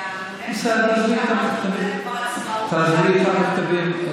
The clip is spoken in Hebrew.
באשר למכתב, תעבירי לי את המכתבים.